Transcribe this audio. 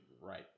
right